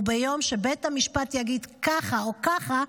וביום שבית המשפט יגיד כך או כך,